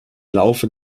laufe